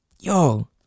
yo